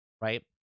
right